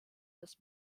des